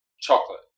Chocolate